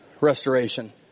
restoration